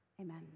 Amen